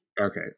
Okay